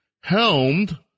helmed